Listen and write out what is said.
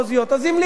אז המליצה,